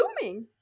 Zooming